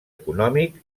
econòmic